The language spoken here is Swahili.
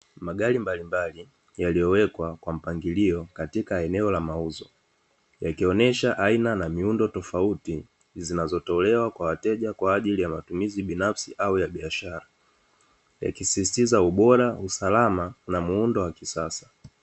Magari mbalimbali yaliyowekwa kwa mpangilio katika eneo la mauzo yakionyesha aina na miundo tofauti zinatolewa kwa wateja kwa ajili ya matumizi binafsi au ya biashara yakisisitiza ubora, usalama na muundo wakisasa.